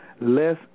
less